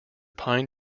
pine